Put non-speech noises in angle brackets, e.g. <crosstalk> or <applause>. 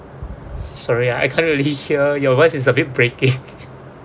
sorry I can't really hear <laughs> your voice is a bit breaking <laughs>